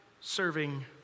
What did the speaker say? serving